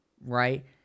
right